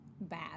bad